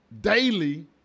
daily